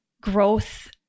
growth